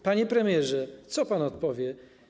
Panie premierze, co pan odpowie?